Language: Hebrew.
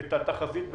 את התחזית ב-100%,